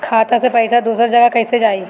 खाता से पैसा दूसर जगह कईसे जाई?